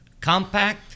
Compact